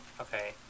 Okay